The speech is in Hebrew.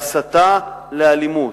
להסתה לאלימות,